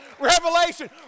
Revelation